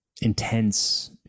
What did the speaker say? intense